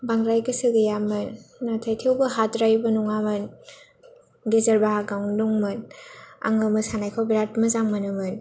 बांद्राय गोसो गैयामोन नाथाय थेवबो हाद्रायैबो नङामोन गेजेर बाहागोआवनो दंमोन आंङो मोसानायखौ बेराद मोजां मोनोमोन